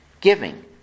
giving